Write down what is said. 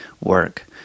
work